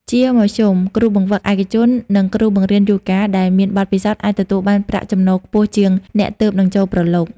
ជាមធ្យម គ្រូបង្វឹកឯកជន និងគ្រូបង្រៀនយូហ្គាដែលមានបទពិសោធន៍អាចទទួលបានប្រាក់ចំណូលខ្ពស់ជាងអ្នកទើបនឹងចូលប្រឡូក។